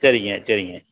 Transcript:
சரிங்க சரிங்க